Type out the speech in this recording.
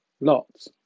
lots